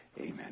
Amen